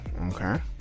okay